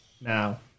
Now